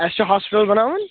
اسہِ چھُ ہاسپٹل بناوُن